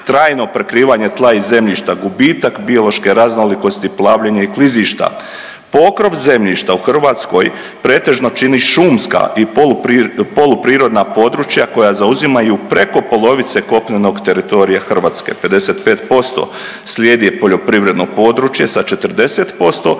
trajno prekrivanje tla i zemljišta, gubitak biološke raznolikosti, plavljenja i klizišta. Pokrov zemljišta u Hrvatskoj pretežno čini šumska i polu prirodna područja koja zauzimaju preko polovice kopnenog teritorija Hrvatske, 55%. Slijedi poljoprivredno područje sa 40%